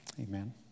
amen